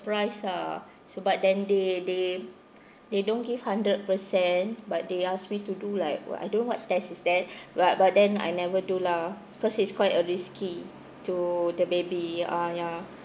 ah so but then they they they don't give hundred percent but they ask me to do like what I don't know what's test is that but but then I never do lah cause it's quite a risky to the baby ah ya